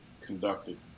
conducted